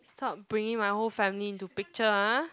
stop bringing my whole family into picture ah